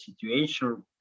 situation